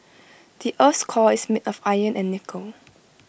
the Earth's core is made of iron and nickel